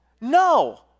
No